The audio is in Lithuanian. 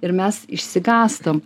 ir mes išsigąstam